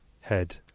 head